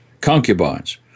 concubines